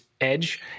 edge